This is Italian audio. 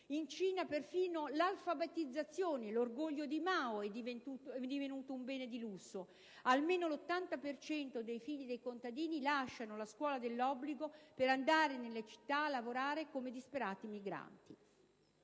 In Cina, perfino l'alfabetizzazione, l'orgoglio di Mao, è divenuto un bene di lusso: almeno l'80 per cento dei figli dei contadini lascia la scuola dell'obbligo per andare nelle città a lavorare come disperati migranti.